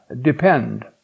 depend